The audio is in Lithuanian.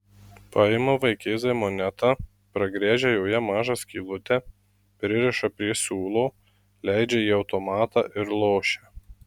paima vaikėzai monetą pragręžia joje mažą skylutę pririša prie siūlo leidžia į automatą ir lošia